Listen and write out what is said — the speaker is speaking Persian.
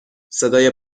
صدای